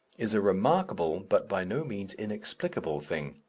is a remarkable but by no means inexplicable thing.